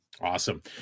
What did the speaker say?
Awesome